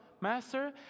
Master